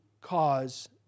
cause